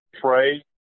pray